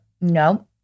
No